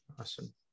Awesome